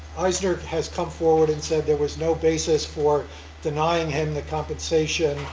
eisner has come forward and said there was no basis for denying him the compensation